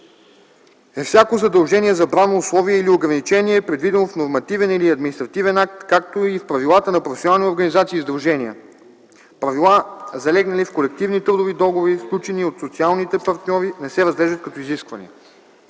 e всяко задължение, забрана, условие или ограничение, предвидено в нормативен или административен акт, както и в правила на професионални организации и сдружения. Правила, залегнали в колективни трудови договори, сключени от социалните партньори, не се разглеждат като изисквания.